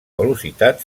velocitat